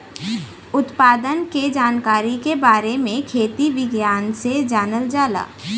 उत्पादन के जानकारी के बारे में खेती विज्ञान से जानल जाला